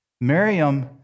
Miriam